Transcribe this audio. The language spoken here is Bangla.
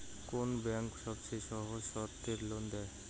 কোন ব্যাংক সবচেয়ে সহজ শর্তে লোন দেয়?